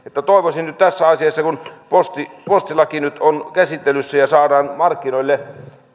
toivoisin nyt tässä asiassa kun postilaki nyt on käsittelyssä että saadaan markkinoille